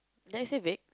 did I say vague